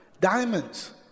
diamonds